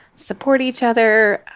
support each other